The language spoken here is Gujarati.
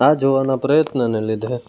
આ જોવાના પ્રયત્નને લીધે